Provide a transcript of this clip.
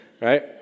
right